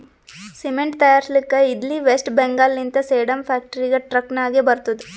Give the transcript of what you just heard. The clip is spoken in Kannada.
ಸಿಮೆಂಟ್ ತೈಯಾರ್ಸ್ಲಕ್ ಇದ್ಲಿ ವೆಸ್ಟ್ ಬೆಂಗಾಲ್ ಲಿಂತ ಸೇಡಂ ಫ್ಯಾಕ್ಟರಿಗ ಟ್ರಕ್ ನಾಗೆ ಬರ್ತುದ್